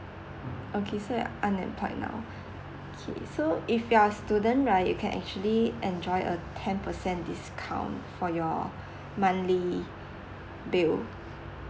okay so you are unemployed now okay so if you are student right you can actually enjoy a ten percent discount for your monthly bill